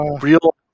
real